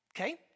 Okay